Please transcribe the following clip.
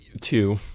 Two